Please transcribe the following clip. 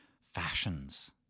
fashions